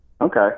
Okay